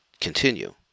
continue